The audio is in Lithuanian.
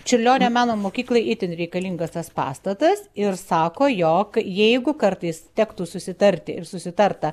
čiurlionio meno mokyklai itin reikalingas tas pastatas ir sako jog jeigu kartais tektų susitarti ir susitarta